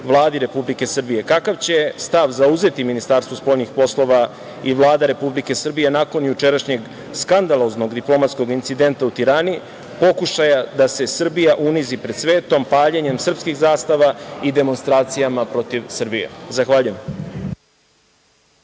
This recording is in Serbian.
Vladi Republike Srbije – kakav će stav zauzeti Ministarstvo spoljnih poslova i Vlada Republike Srbije nakon jučerašnjeg skandaloznog diplomatskog incidenta u Tirani, pokušaja da se Srbija unizi pred svetom paljenjem srpskih zastava i demonstracijama protiv Srbije? Zahvaljujem.